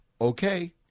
Okay